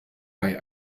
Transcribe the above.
bei